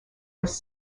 was